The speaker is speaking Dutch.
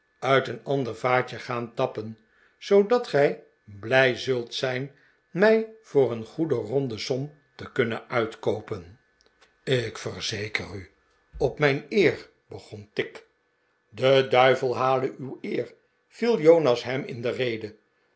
uit een ander vaatje gaan tappen zoodat gij blij zult zijn mij voor een goede ronde som te kunnen uitkoopen ik verzeker u op mijn eer begon tigg de duivel hale uw eer viel jonas hem in de rede